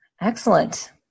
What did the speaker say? Excellent